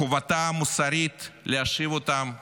חובתה המוסרית היא להשיב אותם הביתה.